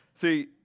see